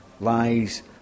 lies